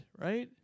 right